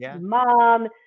mom